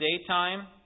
daytime